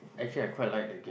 actually I quite like the game